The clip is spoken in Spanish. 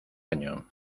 año